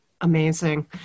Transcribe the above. Amazing